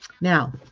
Now